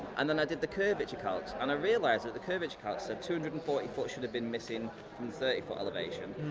and then i did the curvature calc and i realised that the curvature calc said two hundred and forty ft should have been missing from a thirty ft elevation.